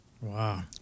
Wow